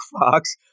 Fox